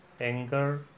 anger